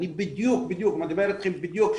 אני בדיוק מדבר אתכם בדיוק,